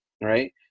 right